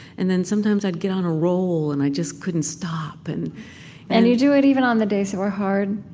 and then sometimes i'd get on a roll and i just couldn't stop and and you do it even on the days that were hard?